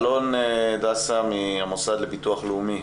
אלון דסה מהמוסד לביטוח לאומי.